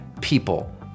people